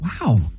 Wow